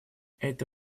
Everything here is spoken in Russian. это